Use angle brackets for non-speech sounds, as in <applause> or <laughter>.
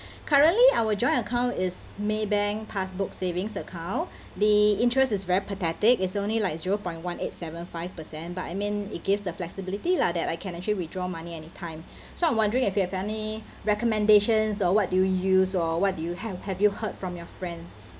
currently our joint account is maybank passbook savings account the interest is very pathetic is only like zero point one eight seven five percent but I mean it gives the flexibility lah that I can actually withdraw money anytime <breath> so I'm wondering if you have any recommendations or what do you use or what do you have have you heard from your friends